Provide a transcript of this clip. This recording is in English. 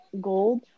gold